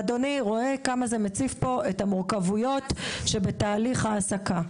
אדוני רואה כמה זה מציף פה את המורכבויות שבתהליך ההעסקה.